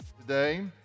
Today